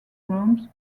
rooms